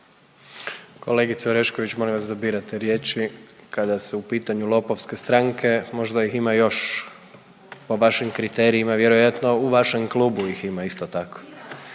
Kolegice Orešković, molim vas da birate riječi, kada su u pitanju lopovske stranke, možda ih ima još, po vašim kriterijima, vjerojatno u vašem klubu ih ima, isto tako.